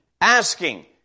asking